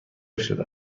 شده